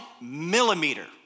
millimeter